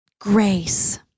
Grace